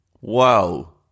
Wow